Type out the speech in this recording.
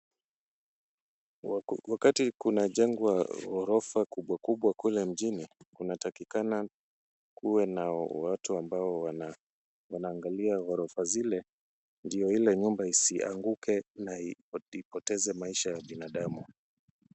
Wakati kunajengwa ghorofa kubwa kubwa kule mjini kunatakikana kuwe na watu ambao wanaangalia ghorofa zile ndio ile nyumba isianguke na ipoteze maisha ya binadamu.